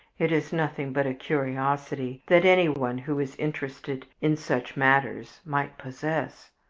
it is nothing but a curiosity that anyone who is interested in such matters might possess.